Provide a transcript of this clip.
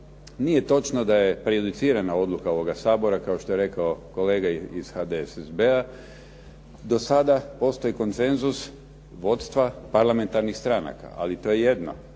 Nije točno da je prejudicirana odluka ovoga Sabora, kao što je rekao kolega iz HDSSB-a. Do sada postoji konsenzus vodstva parlamentarnih stranaka, ali to je jedno,